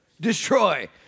destroy